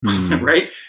Right